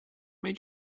made